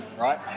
right